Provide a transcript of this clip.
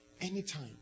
anytime